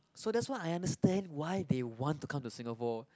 so that's what I understand why they want to come to Singapore